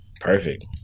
Perfect